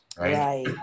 right